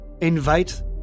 invite